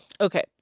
okay